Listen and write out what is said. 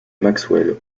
maxwell